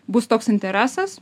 bus toks interesas